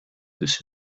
this